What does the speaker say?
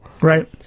Right